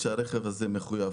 שהרכב הזה מחויב.